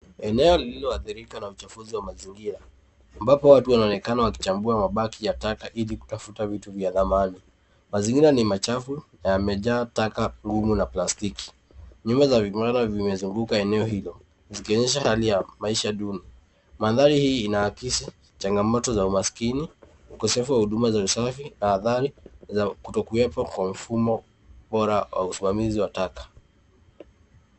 Eneo lililoathirika na uchafuzi wa mazingira ambapo watu wanaonekana wakichambua mabaki ya taka ili kutafuta vitu vya thamani. Mazingira ni machafu na yamejaa taka ngumu na plastiki. Nyumba za vibanda zimezunguka eneo hilo, zikinyesha hali ya maisha duni. Mandhari hii inaakisi changamoto za umasikini, ukosefu wa huduma za usafi, na athari za kutokuwepo kwa mfumo bora wa usimamizi wa taka